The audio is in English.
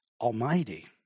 Almighty